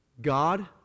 God